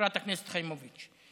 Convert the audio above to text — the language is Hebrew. חברת הכנסת חיימוביץ'.